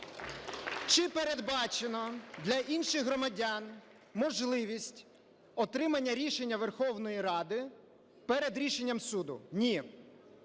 Чи передбачено для інших громадян можливість отримання рішення Верховної Ради перед рішенням суду? Ні.